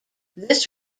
this